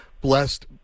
blessed